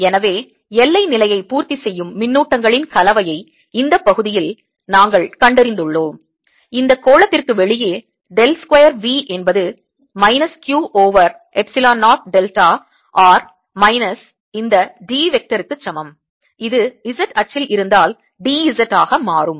எனவே எல்லை நிலையை பூர்த்தி செய்யும் மின்னூட்டங்களின் கலவையை இந்தப் பகுதியில் நாங்கள் கண்டறிந்துள்ளோம் இந்த கோளத்திற்கு வெளியே டெல் ஸ்கொயர் V என்பது minus q over epsilon 0 delta r minus இந்த d வெக்டார் திசையன் க்கு சமம் இது Z அச்சில் இருந்தால் d Z ஆக மாறும்